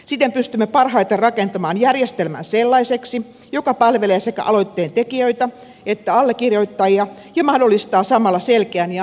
siten pystymme parhaiten rakentamaan järjestelmän sellaiseksi joka palvelee sekä aloitteen tekijöitä että allekirjoittajia ja mahdollistaa samalla selkeän ja asiallisen käsittelyn